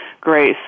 grace